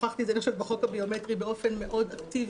הוכחתי את זה אני חושבת בחוק הביומטרי באופן מאוד אקטיבי,